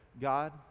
God